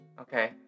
Okay